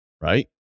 right